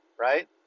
right